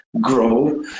grow